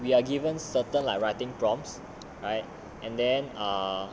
we are given certain like writing prompts right and then err